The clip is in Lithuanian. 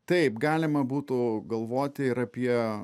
taip galima būtų galvoti ir apie